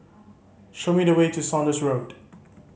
show me the way to Saunders Road